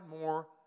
more